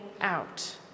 out